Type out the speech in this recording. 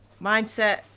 Mindset